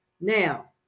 now